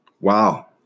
Wow